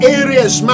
areas